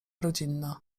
rodzinna